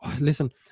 Listen